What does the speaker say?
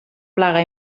plaga